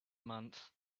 month